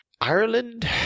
Ireland